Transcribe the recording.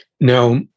Now